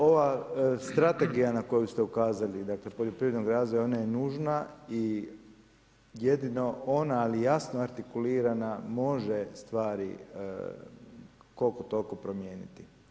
Ova strategija na koju ste ukazali, dakle poljoprivrednog razvoja ona je nužna i jedino ona ali jasno artikulirana može stvari koliko toliko promijeniti.